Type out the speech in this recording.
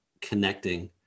connecting